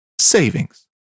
savings